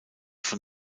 von